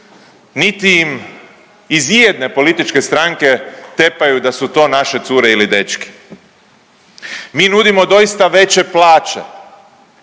niti im iz i jedne političke stranke tepaju da su to naše cure ili dečki. Mi nudimo doista veće plaće,